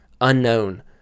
unknown